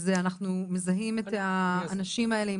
אנחנו מזהים את האנשים האלה,